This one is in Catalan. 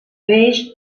peix